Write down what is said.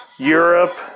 Europe